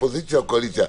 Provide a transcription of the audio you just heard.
אופוזיציה או קואליציה,